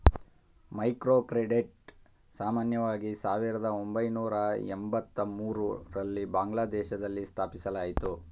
microcredit ಸಾಮಾನ್ಯವಾಗಿ ಸಾವಿರದ ಒಂಬೈನೂರ ಎಂಬತ್ತಮೂರು ರಲ್ಲಿ ಬಾಂಗ್ಲಾದೇಶದಲ್ಲಿ ಸ್ಥಾಪಿಸಲಾಯಿತು